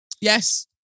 Yes